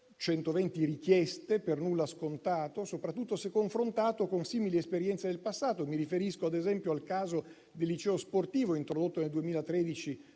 richieste - per nulla scontato, soprattutto se confrontato con simili esperienze del passato. Mi riferisco, ad esempio, al caso del liceo sportivo, introdotto nel 2013